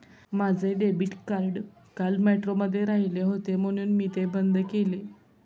माझे debit card काल मेट्रोमध्ये राहिले होते म्हणून मी ते बंद केले